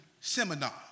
seminar